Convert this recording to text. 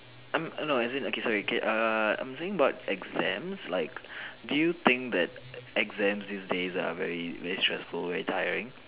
I'm uh no as in okay sorry okay err I'm saying about exams like do you think that exams these days are very very stressful very tiring